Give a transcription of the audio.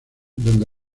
donde